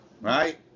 Right